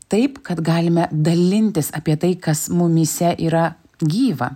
taip kad galime dalintis apie tai kas mumyse yra gyva